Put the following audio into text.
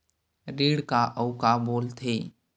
ऋण का अउ का बोल थे?